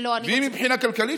ואם מבחינה כלכלית,